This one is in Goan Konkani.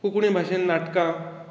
कोंकणी भाशेंत नाटकां